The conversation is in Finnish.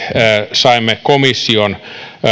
saimme komission